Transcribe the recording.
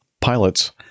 Pilots